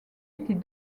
était